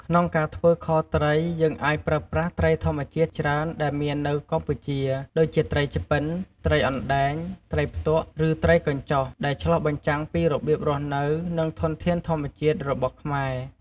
ក្នុងការធ្វើខត្រី យើងអាចប្រើប្រាស់ត្រីធម្មជាច្រើនដែលមាននៅកម្ពុជា ដូចជាត្រីឆ្ពិន ត្រីអណ្ដែង ត្រីផ្ទក់ ឬត្រីកញ្ចុះ ដែលឆ្លុះបញ្ចាំងពីរបៀបរស់នៅ និងធនធានធម្មជាតិរបស់ខ្មែរ។